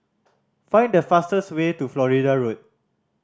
find the fastest way to Flora Road